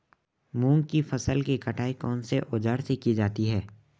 मूंग की फसल की कटाई कौनसे औज़ार से की जाती है?